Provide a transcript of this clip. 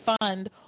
fund